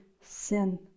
sin